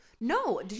No